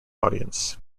audience